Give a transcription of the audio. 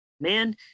man